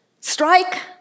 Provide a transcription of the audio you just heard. strike